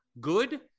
good